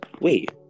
Wait